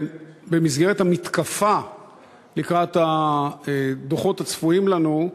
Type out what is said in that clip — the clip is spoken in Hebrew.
במסגרת המתקפה לקראת הדוחות הצפויים לנו,